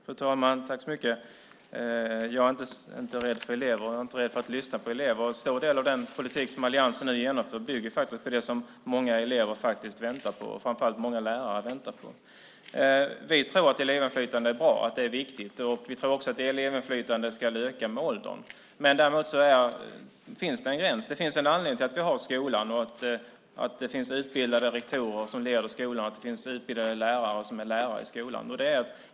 Fru talman! Jag är inte rädd för elever, och jag är inte rädd för att lyssna på elever. En stor del av den politik som alliansen nu genomför bygger på det som många elever och framför allt lärare väntar på. Vi tror att elevinflytande är bra och viktigt. Vi tror också att elevinflytandet ska öka med åldern. Däremot finns det en gräns. Det finns en anledning till att det finns utbildade rektorer som leder skolan och utbildade lärare i skolan.